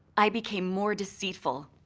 i became more deceitful,